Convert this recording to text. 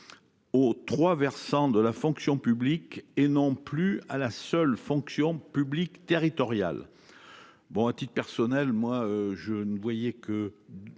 aux trois versants de la fonction publique, et non plus à la seule fonction publique territoriale. À titre personnel, je n'y voyais que